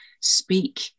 speak